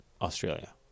Australia